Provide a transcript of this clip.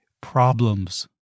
problems